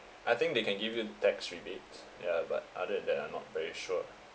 I think they can give you a tax rebates yeah but other than that I'm not very sure